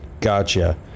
Gotcha